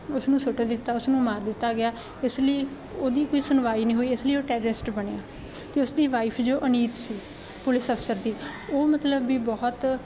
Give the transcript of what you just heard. ਉਸਨੂੰ ਸੁੱਟ ਦਿੱਤਾ ਉਸ ਨੂੰ ਮਾਰ ਦਿੱਤਾ ਗਿਆ ਇਸ ਲਈ ਉਹਦੀ ਕੋਈ ਸੁਣਵਾਈ ਨਹੀਂ ਹੋਈ ਇਸ ਲਈ ਉਹ ਟੈਰਰਿਸਟ ਬਣਿਆ ਅਤੇ ਉਸ ਦੀ ਵਾਈਫ ਜੋ ਅਨੀਤ ਸੀ ਪੁਲਿਸ ਅਫਸਰ ਦੀ ਉਹ ਮਤਲਬ ਵੀ ਬਹੁਤ